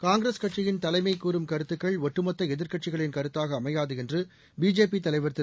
காங்கிரஸ் கட்சியின் தலைமை கூறும் கருத்துக்கள் ஒட்டுமொத்த எதிர்க்கட்சிகளின் கருத்தாக அமையாது என்று பிஜேபி தலைவர் திரு